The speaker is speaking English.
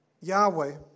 Yahweh